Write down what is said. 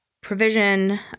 provision